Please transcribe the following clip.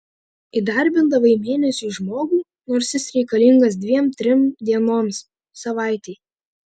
įdarbindavai mėnesiui žmogų nors jis reikalingas dviem trim dienoms savaitei